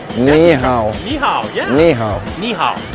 ni hao. ni hao, yeah. ni hao. ni hao.